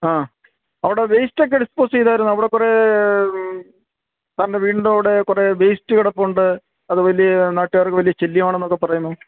ആ അവിടെ വേയ്സ്റ്റ് ഒക്കെ ഡിസ്പോസ് ചെയ്തായിരുന്നു അവിടെ കുറേ സാറിൻ്റെ വീടിൻ്റെ അവിടെ കുറേ വേസ്റ്റ് കിടപ്പുണ്ട് അത് വലിയ നാട്ടുകാർക്ക് വലിയ ശല്യമാണ് എന്നൊക്കെ പറയുന്നു